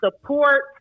support